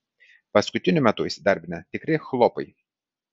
paskutiniu metu įsidarbina tikri chlopai